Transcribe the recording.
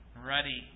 ready